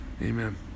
Amen